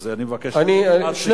אז, אני מבקש, משפט סיכום.